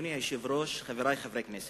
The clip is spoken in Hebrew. אדוני היושב-ראש, חברי חברי הכנסת,